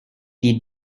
did